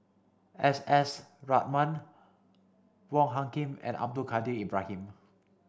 S S Ratnam Wong Hung Khim and Abdul Kadir Ibrahim